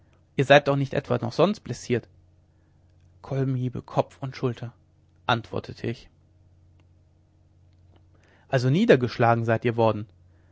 ihr seid doch nicht etwa noch sonst blessiert kolbenhiebe kopf und schulter antwortete ich also niedergeschlagen seid ihr worden